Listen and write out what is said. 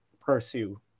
pursue